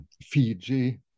Fiji